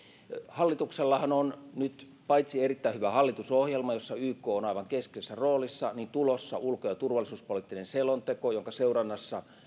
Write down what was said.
hallituksellahan on nyt paitsi erittäin hyvä hallitusohjelma jossa yk on aivan keskeisessä roolissa myös tulossa ulko ja turvallisuuspoliittinen selonteko jonka seurannassa